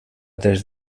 des